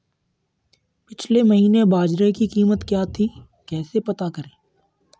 पिछले महीने बाजरे की कीमत क्या थी कैसे पता करें?